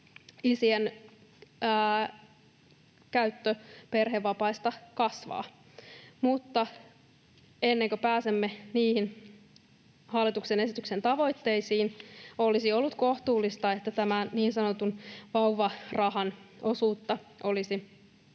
isien käyttämä osuus perhevapaista kasvaa, mutta ennen kuin pääsemme niihin hallituksen esityksen tavoitteisiin, olisi ollut kohtuullista, että tämän niin sanotun vauvarahan osuutta olisi